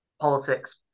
politics